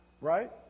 Right